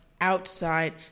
outside